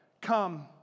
come